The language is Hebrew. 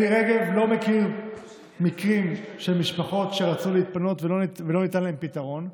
אלי רגב לא מכיר מקרים של משפחות שרצו להתפנות ולא ניתן להן פתרון.